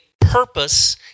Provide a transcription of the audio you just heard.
purpose